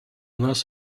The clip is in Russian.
нас